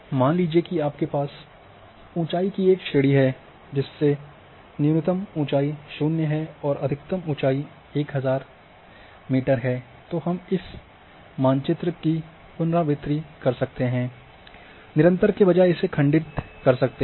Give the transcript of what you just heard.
मान लीजिए कि आपके पास ऊंचाई की एक श्रेणी है जिसमे न्यूनतम ऊंचाई शून्य है और अधिकतम ऊंचाई एक हजार है तो हम इस मानचित्र की पुनरावृत्ति कर सकते है निरंतर के बजाय इसे खंडित कर सकते है